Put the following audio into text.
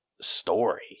story